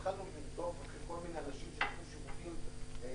התחלנו לרדוף אחרי כל מיני אנשים שהיו שותפים בחברת